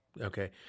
Okay